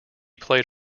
played